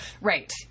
right